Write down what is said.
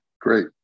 Great